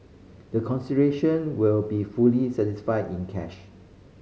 the consideration will be fully satisfied in cash